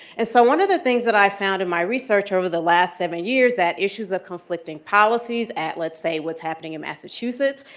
and so one of the things that i found in my research over the last seven years that issues of conflicting policies at, let's say, what's happening in massachusetts,